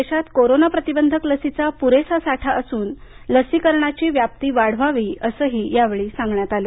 देशात कोरोना प्रतिबंधक लसीचा पुरेसा साठा असून लसीकरणाची व्याप्ती वाढववी असंही यावेळी सांगण्यात आलं